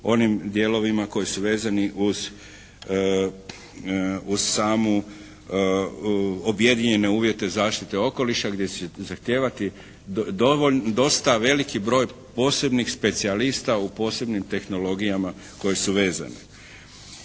onim dijelovima koji su vezani uz, uz samu objedinjene uvjete zaštite okoliša gdje će zahtijevati dosta veliki broj posebnih specijalista u posebnim tehnologijama koje su vezani.